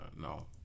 No